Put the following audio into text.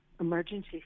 emergency